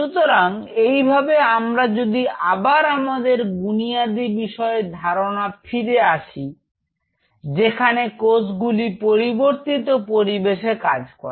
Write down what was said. সুতরাং এইভাবে আমরা যদি আবার আমাদের বুনিয়াদি বিষয়ে ধারণা পেয়ে ফিরে আসি যেখানে কোষগুলি পরিবর্তিত পরিবেশে কাজ করে